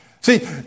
See